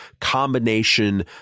combination